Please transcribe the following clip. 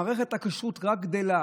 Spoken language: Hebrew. מערכת הכשרות רק גדלה,